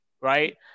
right